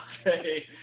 Okay